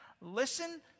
Listen